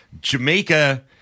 Jamaica